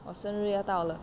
我生日要到了